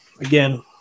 again